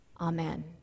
Amen